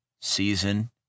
season